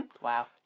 Wow